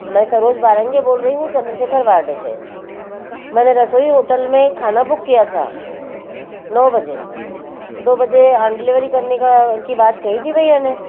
मैं सरोज बारंगे बोल रही हूँ चन्द्रशेखर वार्ड से मेरे रसोई होटल में खाना बुक किया था नौ बजे दो बजे ऑन डिलवरी करने का की बात कही थी भैया ने